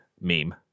meme